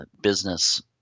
business